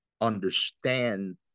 understand